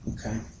Okay